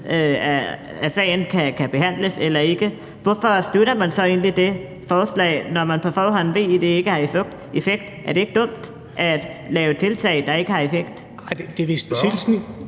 dermed kan behandles, hvorfor støtter man så egentlig det forslag, altså når man på forhånd ved, at det ikke har nogen effekt? Er det ikke dumt at lave tiltag, der ikke har nogen effekt? Kl.